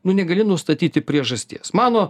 nu negali nustatyti priežasties mano